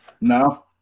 No